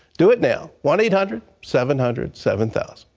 do it now. one eight hundred seven hundred seven thousand.